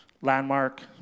Landmark